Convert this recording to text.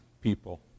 people